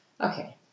Okay